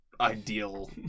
ideal